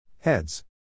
Heads